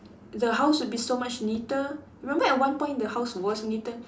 the house would be so much neater you remember at one point the house was neater